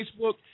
Facebook